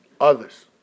others